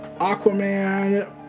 Aquaman